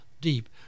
deep